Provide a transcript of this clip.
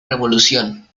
revolución